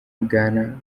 bwana